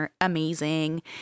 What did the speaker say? amazing